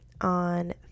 On